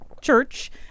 church